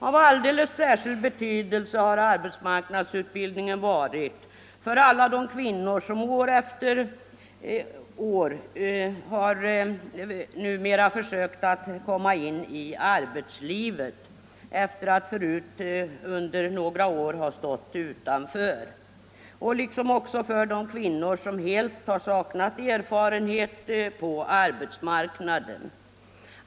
Av alldeles särskild betydelse har arbetsmarknadsutbildningen varit för alla de kvinnor som på senare tid år efter år försökt komma ut i arbetslivet efter att under några år ha stått utanför, liksom för de kvinnor som helt saknat erfarenhet på arbetsmarknaden.